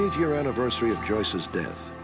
year anniversary of joyce's death,